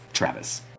Travis